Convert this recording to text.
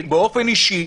באופן אישי.